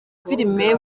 filime